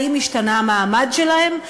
האם השתנה המעמד שלהם,